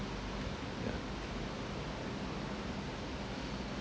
yeah